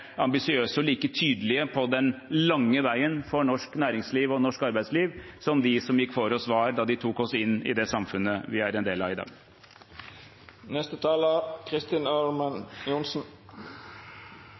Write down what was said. ambisiøse og like tydelige på den lange veien for norsk næringsliv og norsk arbeidsliv som de som gikk foran oss, var da de tok oss inn i det samfunnet vi er en del av i dag.